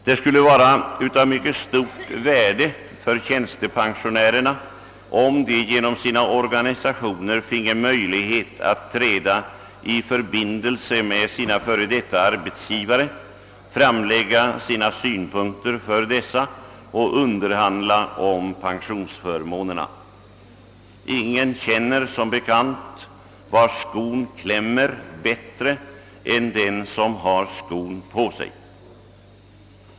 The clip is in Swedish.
Det skulle vara av mycket stort värde för tjänstepensionärerna om de genom sina organisationer finge möjlighet att träda i förbindelse med sina f. d. arbetsgivare, framlägga sina synpunkter för dessa och underhandla om pensionsförmåner. Ingen känner som bekant var skon klämmer bättre än den som har skon på sig.